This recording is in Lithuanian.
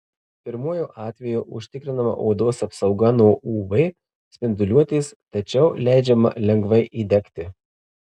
pirmuoju atveju užtikrinama odos apsauga nuo uv spinduliuotės tačiau leidžiama lengvai įdegti